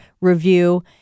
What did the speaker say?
review